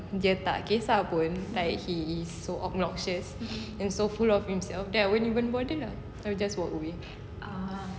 dia tak kisah pun like he is so obnoxious and so full of himself then I won't even bother lah I will just walk away